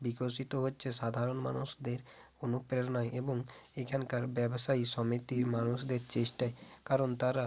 বিকশিত হচ্ছে সাধারণ মানুষদের অনুপ্রেরণায় এবং এখানকার ব্যবসায়ী সমিতির মানুষদের চেষ্টায় কারণ তারা